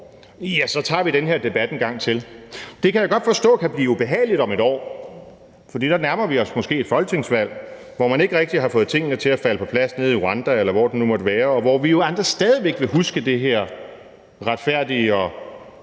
år, så tager vi den her debat en gang til. Det kan jeg godt forstå kan blive ubehageligt om et år, for der nærmer vi os måske et folketingsvalg, hvor man ikke rigtig har fået tingene til at falde på plads nede i Rwanda, eller hvor det nu måtte være, og hvor vi andre jo stadig væk vil huske det her retfærdige og